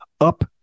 up